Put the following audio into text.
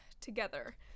together